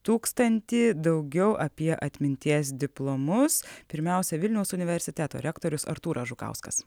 tūkstantį daugiau apie atminties diplomus pirmiausia vilniaus universiteto rektorius artūras žukauskas